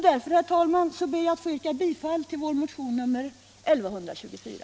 Därför, herr talman, yrkar jag bifall till motionen 1124.